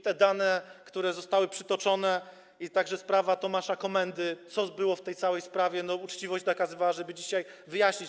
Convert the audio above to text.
Te dane, które zostały przytoczone, a także sprawa Tomasza Komendy, to, co było w tej całej sprawie - uczciwość nakazywała, żeby dzisiaj to wyjaśnić.